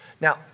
Now